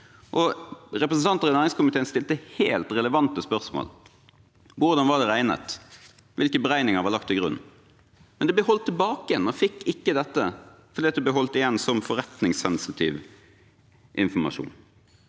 Representanter i næringskomiteen stilte helt relevante spørsmål. Hvordan var det regnet? Hvilke beregninger var lagt til grunn? Det ble holdt tilbake – man fikk ikke dette fordi det ble holdt igjen som forretningssensitiv informasjon.